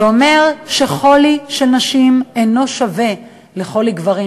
זה אומר שחולי של נשים אינו שווה לחולי גברים,